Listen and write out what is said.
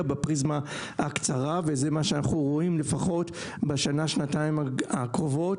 בפריזמה הקצרה וזה מה שאנחנו רואים לפחות בשנה-שנתיים הקרובות,